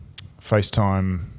FaceTime